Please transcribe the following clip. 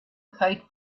kite